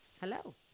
hello